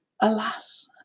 alas